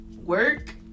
work